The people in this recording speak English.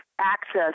access